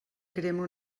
crema